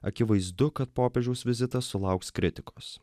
akivaizdu kad popiežiaus vizitas sulauks kritikos